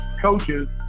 coaches